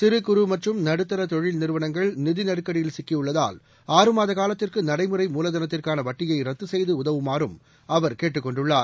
சிறு குறு மற்றும் நடுத்தர தொழில் நிறுவனங்கள் நிதி நெருக்கடியில் சிக்கியுள்ளதால் ஆறு மாத காலத்திற்கு நடைமுறை மூலதனத்திற்கான வட்டியை ரத்து செய்து உதவுமாறும் அவர் கேட்டுக் கொண்டுள்ளார்